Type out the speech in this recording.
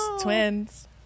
twins